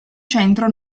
centro